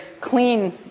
clean